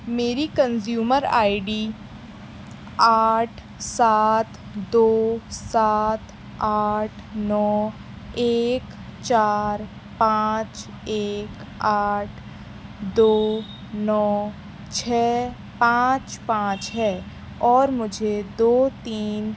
میری consumer I D آٹھ سات دو سات آٹھ نو ایک چار پانچ ایک آٹھ دو نو چھ پانچ پانچ ہے اور مجھے دو تین